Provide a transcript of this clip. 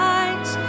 eyes